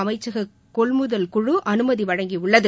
அமைச்சக கொள்முதல் குழு அனுமதி வழங்கியுள்ளது